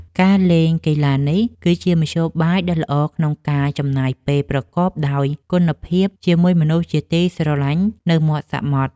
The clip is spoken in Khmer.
ការលេងកីឡានេះគឺជាមធ្យោបាយដ៏ល្អក្នុងការចំណាយពេលប្រកបដោយគុណភាពជាមួយមនុស្សជាទីស្រឡាញ់នៅមាត់សមុទ្រ។